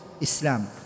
islam